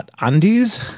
Andes